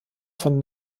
von